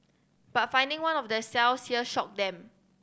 but finding one of their cells here shocked them